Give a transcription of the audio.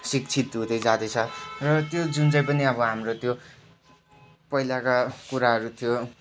शिक्षित हुँदै जाँदैछ तर त्यो जुन चाहिँ पनि अब हाम्रो त्यो पहिलाका कुराहरू थियो